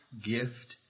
gift